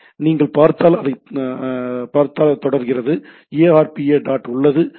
எனவே நீங்கள் பார்த்தால் அது தொடர்கிறது arpa dot உள்ளது